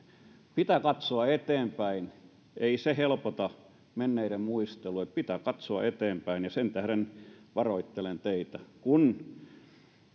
pitää katsoa eteenpäin ei se menneiden muistelu helpota vaan pitää katsoa eteenpäin ja sen tähden varoittelen teitä koska